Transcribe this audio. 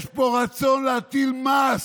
יש פה רצון להטיל מס,